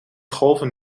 golven